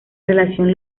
relación